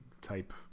type